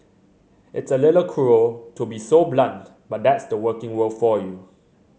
it's a little cruel to be so blunt but that's the working world for you